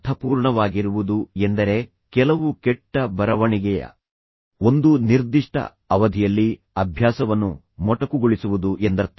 ಅರ್ಥಪೂರ್ಣವಾಗಿರುವುದು ಎಂದರೆ ಕೆಲವು ಕೆಟ್ಟ ಬರವಣಿಗೆಯ ಒಂದು ನಿರ್ದಿಷ್ಟ ಅವಧಿಯಲ್ಲಿ ಅಭ್ಯಾಸವನ್ನು ಮೊಟಕುಗೊಳಿಸುವುದು ಎಂದರ್ಥ